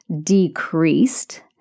decreased